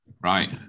Right